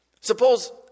Suppose